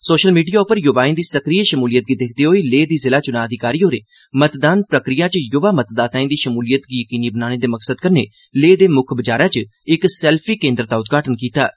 social media उप्पर युवाएं दी सक्रिय शमूलियत गी दिक्खदे होई लेह् दी जिला चुनां अधिकारी होरें मतदान प्रक्रिया च युवा मतदाताएं दी शमूलियत गी यकीनी बनाने दे मकसद कन्नै लेह् दे मुक्ख बजारै च इक सेल्फी केन्द्र दा उद्घाटन कीता ऐ